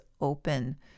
open